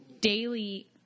daily